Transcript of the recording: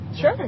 Sure